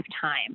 time